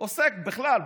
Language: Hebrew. הוא עוסק בכלל,